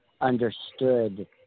understood